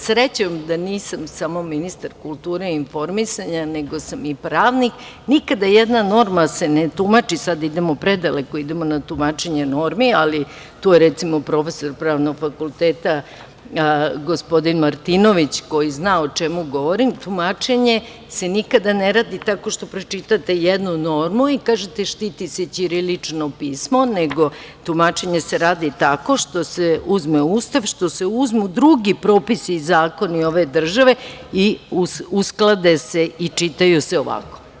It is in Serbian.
Sreća da nisam samo ministar kulture i informisanja, nego sam i pravnik, sada idemo na tumačenje normi, to je predaleko, ali recimo tu je profesor Pravnog fakulteta gospodin Martinović, koji zna o čemu govorim, tumačenje se nikada ne radi tako što pročitate jednu normu i kažete – štiti se ćirilično pismo, nego tumačenje se radi tako što se uzme Ustav, što se uzmu drugi propisi i zakoni ove države i usklade se i čitaju se ovako.